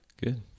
Good